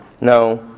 No